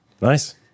Nice